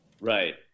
Right